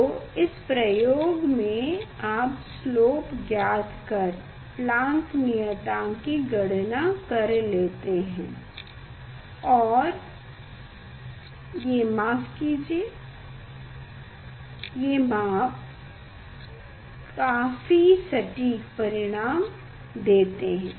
तो इस प्रयोग में आप स्लोप ज्ञात कर प्लांक नियतांक की गणना कर सकते हैं और ये माप काफी सटीक परिणाम देते हैं